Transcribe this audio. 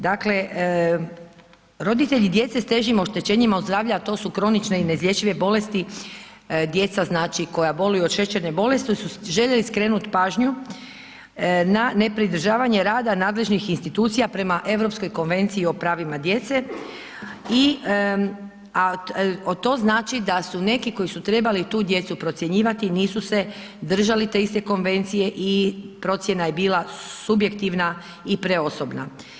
Dakle, roditelji djece s težim oštećenjima zdravlja, a to su kronične i neizlječive bolesti, djeca koja boluju od šećerne bolesti, su željeli skrenuti pažnju na nepridržavanje rada nadležnih institucija prema Europskoj konvenciji o pravima djece i, a to znači da su neki koji su trebali tu djecu procjenjivati, nisu se držali te iste konvencije i procjena je bila subjektivna i preosobna.